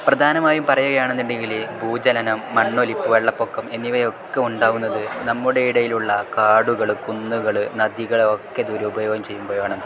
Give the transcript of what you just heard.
പ്രധാനമായും പറയുകയാണെന്നുണ്ടെങ്കിൽ ഭൂചലനം മണ്ണൊലിപ്പ് വെള്ളപ്പൊക്കം എന്നിവയൊക്കെ ഉണ്ടാവുന്നത് നമ്മുടെ ഇടയിലുള്ള കാടുകൾ കുന്നുകൾ നദികൾ ഒക്കെ ദുരുപയോഗം ചെയ്യുമ്പോഴാണ്